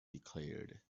declared